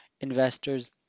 investors